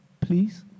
please